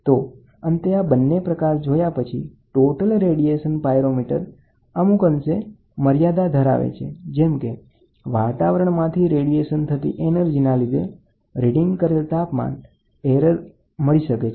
તો અંતે આ બંને પ્રકાર જોયા પછી ટોટલ રેડીયેશન પાયરોમીટરના પણ અમુક ગેરફાયદા છે જેમ કે વાતાવરણમાંથી રેડિયેશન થતી ઍનર્જીના લીધે રીડિંગ કરેલ તાપમાન ખામીભર્યુ મળી શકે છે